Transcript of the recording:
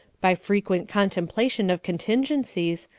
by frequent contemplation of contingencies,